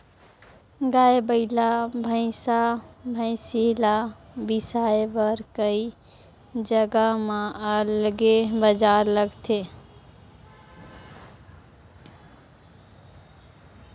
गाय, बइला, भइसा, भइसी ल बिसाए बर कइ जघा म अलगे बजार लगथे